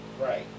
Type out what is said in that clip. Right